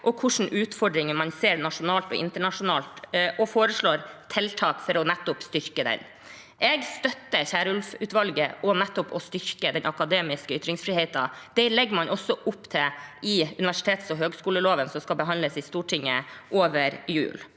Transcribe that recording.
og hva slags utfordringer man ser nasjonalt og internasjonalt, og foreslår tiltak for å styrke nettopp den. Jeg støtter Kierulf-utvalget og det å styrke den akademiske ytringsfriheten. Det legger man også opp til i universitets- og høyskoleloven, som skal behandles i Stortinget over jul.